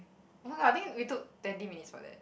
oh I think we took twenty minutes for that